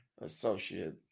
associate